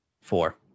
Four